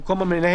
יהיה במקום משרד,